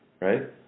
Right